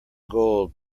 gold